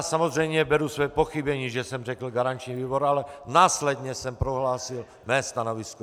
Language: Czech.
Samozřejmě beru své pochybení, že jsem řekl garanční výbor, ale následně jsem prohlásil své stanovisko.